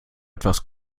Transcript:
etwas